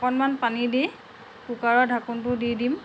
অকণমান পানী দি কুকাৰৰ ঢাকনটো দি দিম